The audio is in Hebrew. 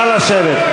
נא לשבת.